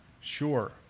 Sure